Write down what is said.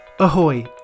Ahoy